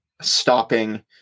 stopping